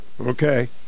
Okay